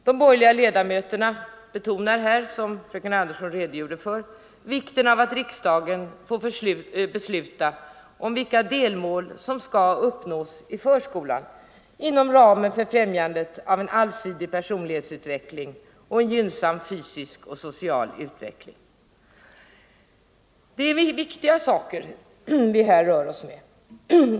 De borgerliga ledamöterna betonar här, som fröken Andersson redogjorde för, vikten av att riksdagen får besluta om vilka delmål som skall uppnås i förskolan inom ramen för främjandet av en allsidig personlighetsutveckling och en gynnsam fysisk och social utveckling. Det är viktiga saker som vi här rör oss med.